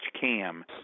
Cam